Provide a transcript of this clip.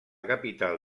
capital